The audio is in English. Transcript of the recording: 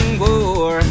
war